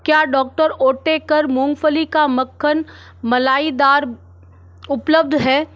क्या doctor Oetker मूँगफली का मक्खन मलाईदार उपलब्ध है